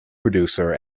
producer